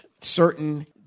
certain